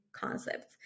concepts